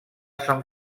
sant